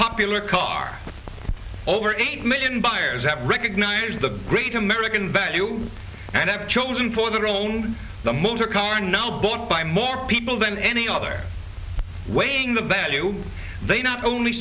popular car over eight million buyers have recognized the great american value and have chosen for their own the motor car now bought by more people than any other weighing the best do they not only